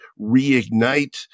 reignite